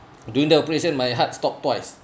during the operation my heart stop twice